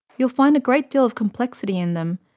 you'll find a great deal of complexity in them,